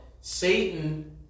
Satan